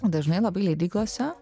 dažnai labai leidyklose